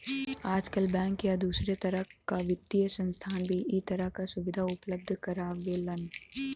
आजकल बैंक या दूसरे तरह क वित्तीय संस्थान भी इ तरह क सुविधा उपलब्ध करावेलन